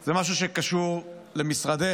זה משהו שקשור למשרדך,